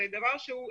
זה דבר שהוא עקרוני,